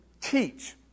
teach